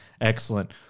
Excellent